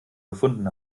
gefunden